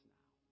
now